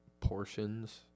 portions